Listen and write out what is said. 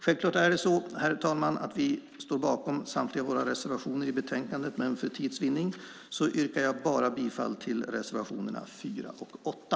Självklart, herr talman, står Miljöpartiet bakom samtliga våra reservationer i betänkandet, men för tids vinnande yrkar jag bifall bara till reservationerna 4 och 8.